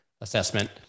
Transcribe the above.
assessment